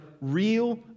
real